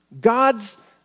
gods